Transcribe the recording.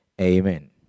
Amen